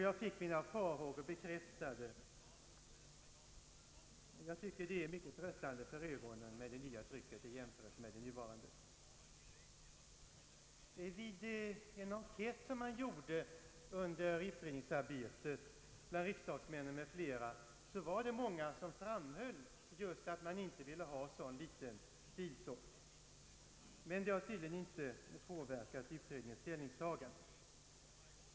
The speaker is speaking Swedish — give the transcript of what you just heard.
Jag fick mina farhågor bekräftade. Jag tycker att det nya tryc ket är mycket mer tröttande för ögonen i jämförelse med det nuvarande. Vid en enkät som man under utredningsarbetet gjorde bland riksdagsmännen m.fl. var det många som framhöll att de inte ville ha en sådan liten stilsort, men det har tydligen inte påverkat utredningens ställningstagande.